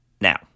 now